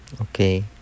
Okay